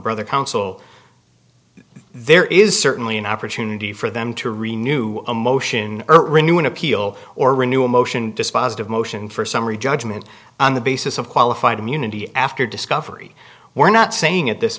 brother counsel there is certainly an opportunity for them to renu a motion or renew an appeal or renew a motion dispositive motion for summary judgment on the basis of qualified immunity after discovery we're not saying at this